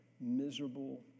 miserable